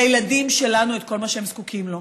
לילדים שלנו את כל מה שהם זקוקים לו.